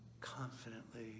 confidently